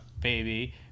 baby